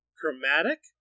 Chromatic